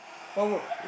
what work